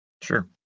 Sure